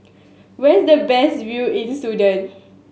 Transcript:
where's the best view in Sudan